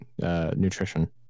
nutrition